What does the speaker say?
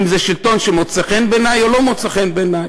אם זה שלטון שמוצא חן בעיני ואם שלא מוצא חן בעיני.